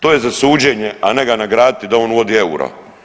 To je za suđenje, a ne ga nagraditi da on uvodi euro.